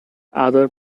other